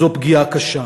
זו פגיעה קשה.